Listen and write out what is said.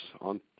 on